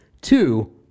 Two